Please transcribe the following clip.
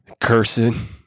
cursing